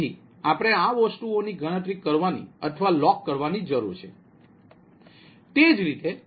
તેથી આપણે આ વસ્તુઓની ગણતરી કરવાની અથવા લોગ કરવાની જરૂર છે તે જ રીતે